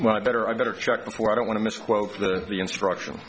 well i better i better check before i don't want to misquote the instruction